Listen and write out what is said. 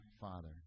father